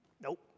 Nope